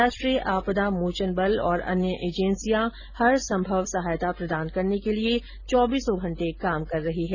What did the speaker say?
राष्ट्रीय आपदा मोचन बल और अन्य एजेंसियां हर संभव सहायता प्रदान करने के लिए चौबीसों घंटे काम कर रही हैं